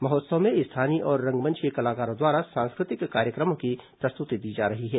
महोत्सव में स्थानीय और रंगमंच के कलाकारों द्वारा सांस्कृतिक कार्यक्रमों की प्रस्तृति दी जा रही है